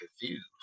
confused